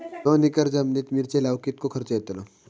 दोन एकर जमिनीत मिरचे लाऊक कितको खर्च यातलो?